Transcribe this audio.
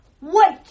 Wait